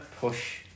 push